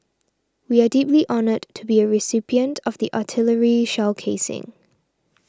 we are deeply honoured to be a recipient of the artillery shell casing